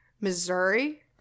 Missouri